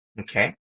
Okay